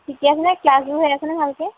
ঠিক আছেনে ক্লাছবোৰ হৈ আছে নে ভালকে